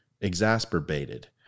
Exasperated